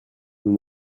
nous